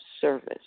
service